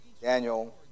Daniel